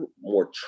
more